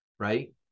Right